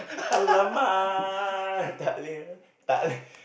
!alamak! tak le~ tak leh